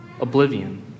oblivion